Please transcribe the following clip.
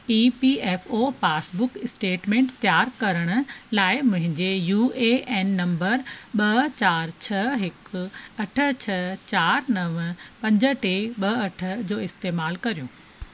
ई P F O passbook statement तयारु करण लाइ मुंहिंजे यू ए ऐन नंबर ॿ चारि छह हिकु अठ छह चारि नव पंज टे ॿ अठ जो इस्तेमालु कर्यो